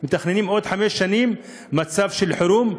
מתכננים עוד חמש שנים של מצב חירום,